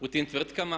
U tim tvrtkama?